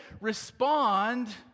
respond